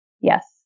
Yes